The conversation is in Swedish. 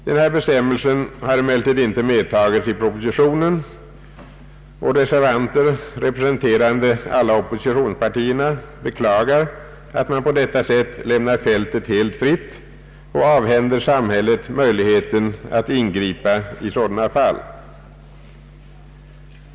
Denna bestämmelse har emellertid inte medtagits i propositionen, och reservanter representerande alla oppositionspartierna beklagar att man på detta sätt lämnar fältet helt fritt och avhänder samhället möjligheten att ingripa i sådana fall.